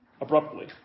abruptly